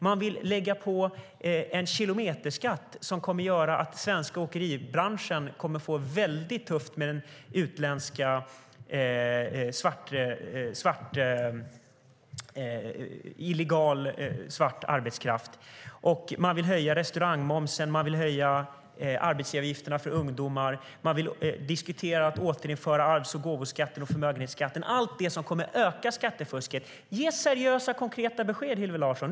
Man vill lägga på en kilometerskatt som kommer att göra att den svenska åkeribranschen kommer att få det tufft med utländsk illegal, svart arbetskraft. Man vill höja restaurangmomsen, man vill höja arbetsgivaravgifterna för ungdomar och man vill diskutera att återinföra arvs och gåvoskatten och förmögenhetsskatten. Allt detta är sådant som kommer att öka skattefusket. Ge seriösa och konkreta besked, Hillevi Larsson!